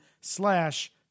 slash